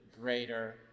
greater